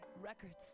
Records